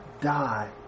die